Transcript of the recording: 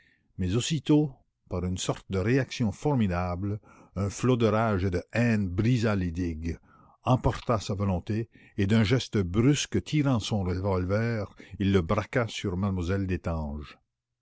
mais aussitôt par une sorte de réaction formidable un flot de rage et de haine brisa les digues emporta sa volonté et d'un geste brusque tirant son revolver il le braqua sur